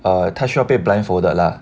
哦他需要被 blindfolded lah